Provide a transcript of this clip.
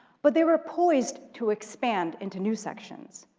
but they were poised to expand into new sections,